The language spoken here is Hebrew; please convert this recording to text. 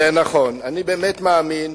זה נכון, אני באמת מאמין